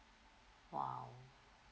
!wow!